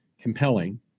compelling